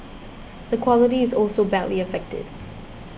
the quality is also badly affected